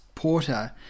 Porter